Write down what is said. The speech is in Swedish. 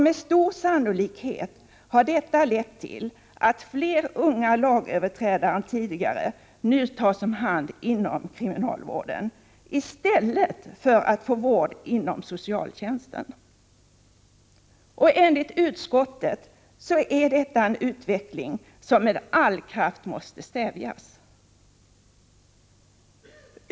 Med stor sannolikhet har detta lett till att fler unga lagöverträdare än tidigare nu tas om hand inom kriminalvården i stället för att ges vård inom socialtjänsten. Enligt utskottet är detta en utveckling som med all kraft måste stävjas.